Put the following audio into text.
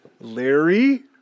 Larry